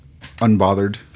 unbothered